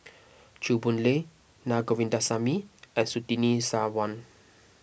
Chew Boon Lay Na Govindasamy and Surtini Sarwan